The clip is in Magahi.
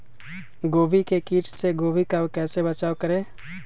गोभी के किट से गोभी का कैसे बचाव करें?